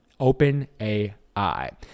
OpenAI